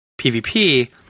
PvP